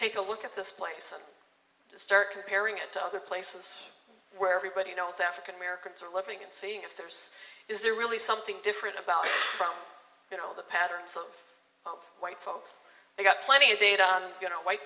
take a look at this place to start comparing it to other places where everybody knows african americans are looking and seeing if there's is there really something different about it from you know the patterns of white folks they got plenty of data you know white